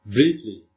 Briefly